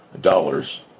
dollars